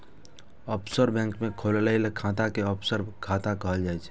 offshore bank मे खोलाएल खाता कें ऑफसोर खाता कहल जाइ छै